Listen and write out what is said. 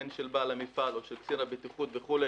הן של בעל המפעל או של קצין הבטיחות וכו',